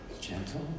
Gentle